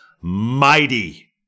mighty